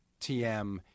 tm